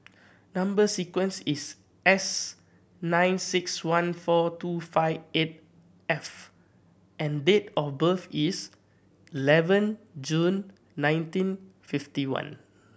number sequence is S nine six one four two five eight F and date of birth is eleven June nineteen fifty one